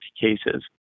cases